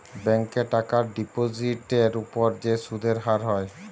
ব্যাংকে টাকার ডিপোজিটের উপর যে সুদের হার হয়